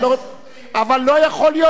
אבל לא יכול להיות,